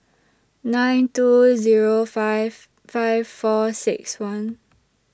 nine two Zero five five four six one